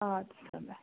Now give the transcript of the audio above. اَدٕ سا بیٚہہ